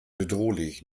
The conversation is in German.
bedrohlich